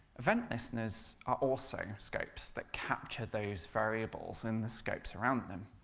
event listeners are also scopes that capture those variables in the scopes around them,